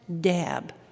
dab